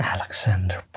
Alexander